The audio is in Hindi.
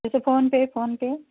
जैसे फ़ोनपे फ़ोनपे